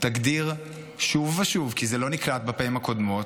תגדיר שוב ושוב, כי זה לא נקלט בפעמים הקודמות,